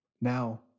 Now